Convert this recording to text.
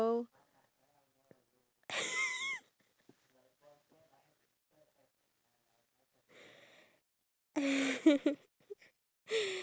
ya to~ tomorrow is my uh I have two examination papers tomorrow and then the day after that it's already our